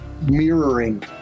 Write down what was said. mirroring